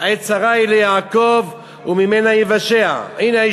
"עת צרה היא ליעקב וממנה יִוָּשֵׁעַ".